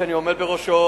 שאני עומד בראשו,